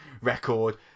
record